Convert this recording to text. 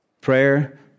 Prayer